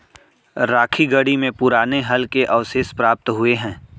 राखीगढ़ी में पुराने हल के अवशेष प्राप्त हुए हैं